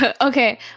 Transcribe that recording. Okay